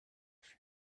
fut